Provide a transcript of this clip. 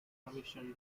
commissioned